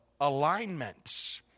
alignment